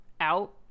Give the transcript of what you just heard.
out